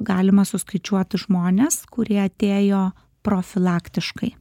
galima suskaičiuoti žmones kurie atėjo profilaktiškai